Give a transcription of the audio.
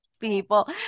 people